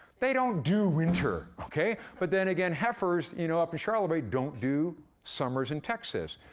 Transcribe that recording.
they don't do winter, okay? but then, again, heifers you know up in charlevoix don't do summers in texas.